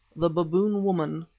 the baboon-woman,